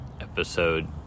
episode